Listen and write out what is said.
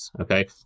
okay